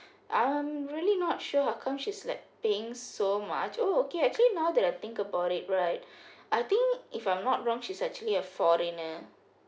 I'm really not sure howcome she's like paying so much oh okay actually now that I think about it right I think if I'm not wrong she's actually a foreigner